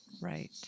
Right